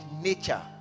nature